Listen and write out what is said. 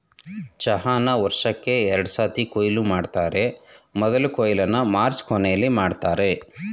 ಚಹಾನ ವರ್ಷಕ್ಕೇ ಎರಡ್ಸತಿ ಕೊಯ್ಲು ಮಾಡ್ತರೆ ಮೊದ್ಲ ಕೊಯ್ಲನ್ನ ಮಾರ್ಚ್ ಕೊನೆಲಿ ಮಾಡ್ತರೆ